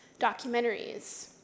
documentaries